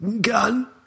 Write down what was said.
gun